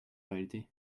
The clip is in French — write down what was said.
réalité